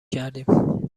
کردیم